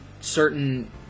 certain